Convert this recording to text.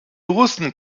russen